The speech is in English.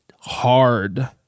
hard